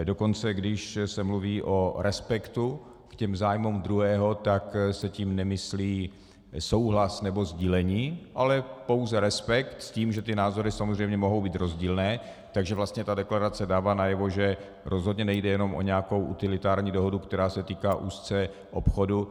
Dokonce když se mluví o respektu k zájmům druhého, tak se tím nemyslí souhlas nebo sdílení, ale pouze respekt s tím, že ty názory samozřejmě mohou být rozdílné, takže vlastně ta deklarace dává najevo, že rozhodně nejde jenom o nějakou utilitární dohodu, která se týká úzce obchodu.